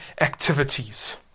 activities